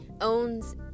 owns